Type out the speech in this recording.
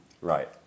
Right